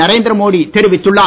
நரேந்திர மோடி தெரிவித்துள்ளார்